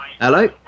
Hello